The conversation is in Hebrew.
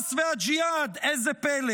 החמאס והג'יהאד, איזה פלא.